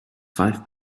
five